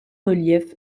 relief